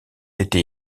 été